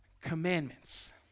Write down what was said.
commandments